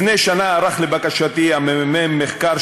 לפני שנה ערך הממ"מ מחקר,